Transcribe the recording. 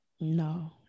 No